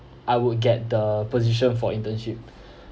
I would get the position for internship